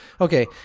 okay